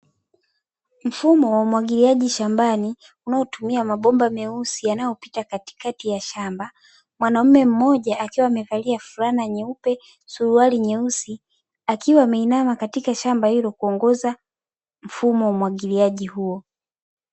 Mfumo wa umwagiliaji shambani, unaotumia mabomba meusi yanayopita katikati ya shamba. Mwanaume mmoja akiwa amevalia fulana nyeupe, suruali nyeusi, akiwa ameinama katika shamba hilo kuongoza mfumo wa umwagiliaji huo.